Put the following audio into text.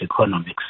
Economics